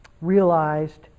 realized